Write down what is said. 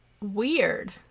weird